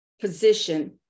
position